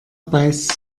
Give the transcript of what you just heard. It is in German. beißt